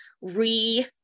re